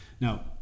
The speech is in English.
now